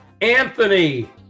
Anthony